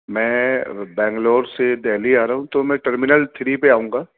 میں بنگلور سے دہلی آ رہا ہوں تو میں ٹرمنل تھری پہ آؤں گا